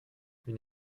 une